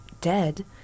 dead